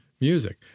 music